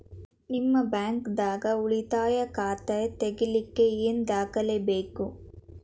ನಿಮ್ಮ ಬ್ಯಾಂಕ್ ದಾಗ್ ಉಳಿತಾಯ ಖಾತಾ ತೆಗಿಲಿಕ್ಕೆ ಏನ್ ದಾಖಲೆ ಬೇಕು?